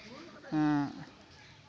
ᱦᱮᱸ